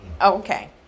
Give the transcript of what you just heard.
Okay